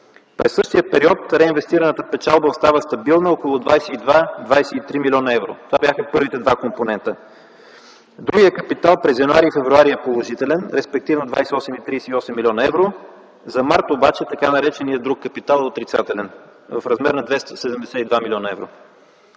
През същия период реинвестираната печалба остава стабилна – около 22-23 млн. евро. Това бяха първите два компонента. Другият капитал през м. януари и февруари е положителен, респективно 28 и 38 млн. евро, за м. март обаче така нареченият друг капитал е отрицателен в размер на 272 млн. евро.